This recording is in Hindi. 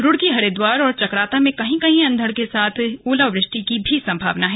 रुड़की हरिद्वार और चकराता में कहीं कहीं अंधड़ के साथ ही ओलावृष्टि की भी संभावना है